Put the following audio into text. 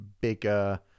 bigger